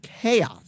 chaos